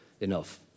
enough